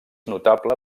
notable